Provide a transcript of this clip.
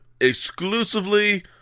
exclusively